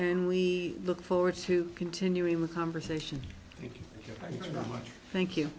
and we look forward to continuing the conversation thank